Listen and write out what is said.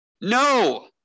No